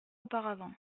auparavant